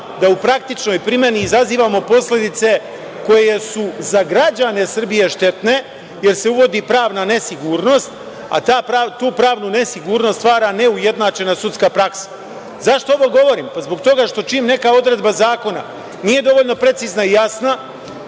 da u praktičnoj primeni izazivamo posledice koje su za građane Srbije štetne, jer se uvodi pravna nesigurnost, a tu pravnu nesigurnost stvara neujednačena sudska praksa.Zašto ovo govorim? Zbog toga što čim neka odredba zakona nije dovoljno precizna i jasna,